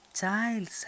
child